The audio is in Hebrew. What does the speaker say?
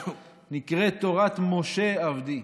נקראת תורת משה עבדי,